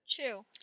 True